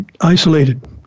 isolated